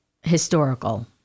historical